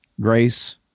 grace